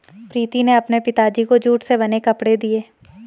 प्रीति ने अपने पिताजी को जूट से बने कपड़े दिए